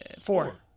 four